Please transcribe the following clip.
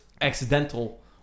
accidental